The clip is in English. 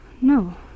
No